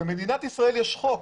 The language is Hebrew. במדינת ישראל יש חוק